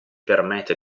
permette